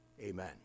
Amen